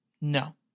No